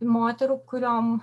moterų kuriom